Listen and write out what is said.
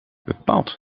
bepaald